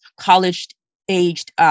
college-aged